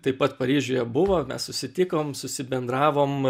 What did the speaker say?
taip pat paryžiuje buvo mes susitikom susibendravom